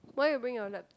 why you bring your laptop